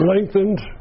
Lengthened